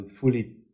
fully